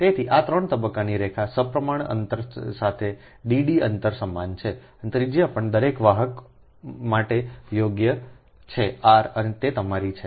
તેથી આ 3 તબક્કાની રેખા સપ્રમાણ અંતર સાથે ડીડી અંતર સમાન છે અને ત્રિજ્યા પણ દરેક વાહક માટે યોગ્ય છે r અને તે તમારી છે